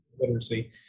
literacy